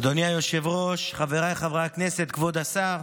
אדוני היושב-ראש, חבריי חברי הכנסת, כבוד השר,